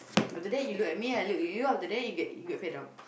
after that you look at me I look at you after that you get fed up